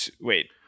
wait